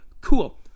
cool